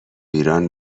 ایران